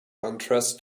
undressed